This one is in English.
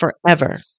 forever